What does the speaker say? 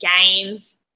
Games